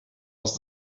aus